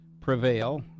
prevail